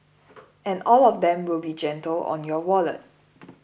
and all of them will be gentle on your wallet